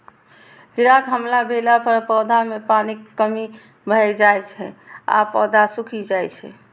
कीड़ाक हमला भेला पर पौधा मे पानिक कमी भए जाइ छै आ पौधा झुकि जाइ छै